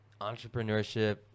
entrepreneurship